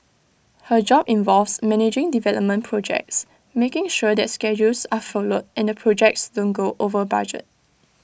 her job involves managing development projects making sure that schedules are followed and the projects don't go over budget